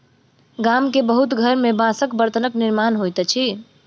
गाम के बहुत घर में बांसक बर्तनक निर्माण होइत अछि